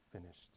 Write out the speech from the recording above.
finished